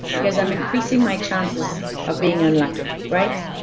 because i'm increasing my chances of being unlucky, right?